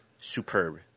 superb